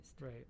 Right